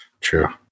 True